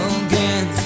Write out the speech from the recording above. again